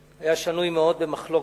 הישיבה, אני מתכבד להודיע,